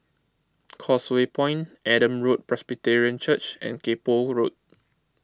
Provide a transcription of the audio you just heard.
Causeway Point Adam Road Presbyterian Church and Kay Poh Road